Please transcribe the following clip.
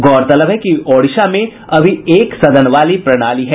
गौरतलब है कि ओडिशा में अभी एक सदन वाली प्रणाली है